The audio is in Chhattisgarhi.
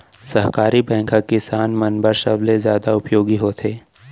सहकारी बैंक ह किसान मन बर सबले जादा उपयोगी होथे